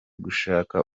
gushaka